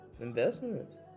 Investments